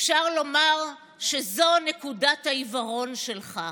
אפשר לומר שזו נקודת העיוורון שלך.